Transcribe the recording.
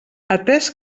atès